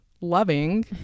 loving